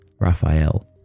Raphael